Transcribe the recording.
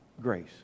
grace